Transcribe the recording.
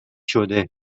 شده